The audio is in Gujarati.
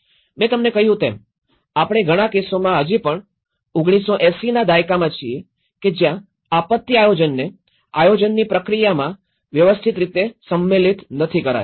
મેં તમને કહ્યું તેમ આપણે ઘણા કેસોમાં હજી પણ ૧૯૮૦ના દાયકામાં છીએ કે જ્યાં આપત્તિ આયોજનને આયોજનની પ્રક્રિયામાં વ્યવસ્થિત રીતે સંમેલિત નથી કરાયું